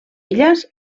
elles